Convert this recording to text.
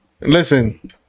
Listen